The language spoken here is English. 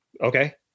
okay